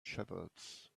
shepherds